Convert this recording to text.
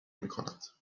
میکند